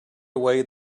away